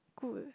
good